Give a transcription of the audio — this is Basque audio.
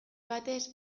batez